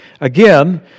Again